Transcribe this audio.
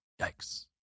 Yikes